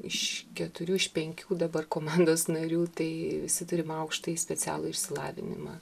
iš keturių iš penkių dabar komandos narių tai visi turim aukštąjį specialųjį išsilavinimą